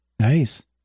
Nice